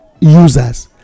users